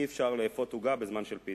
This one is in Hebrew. אי-אפשר לאפות עוגה בזמן של פיתה,